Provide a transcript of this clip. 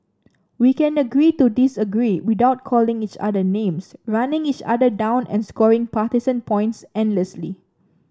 we can agree to disagree without calling each other names running each other down and scoring partisan points endlessly